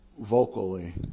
vocally